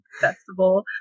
festival